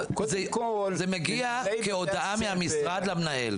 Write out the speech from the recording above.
זה מגיע כהודעה מהמשרד למנהל.